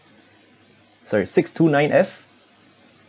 sorry six two nine F